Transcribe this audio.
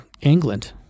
England